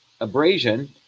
abrasion